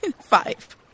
Five